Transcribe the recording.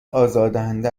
آزاردهنده